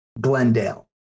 Glendale